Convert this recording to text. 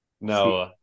No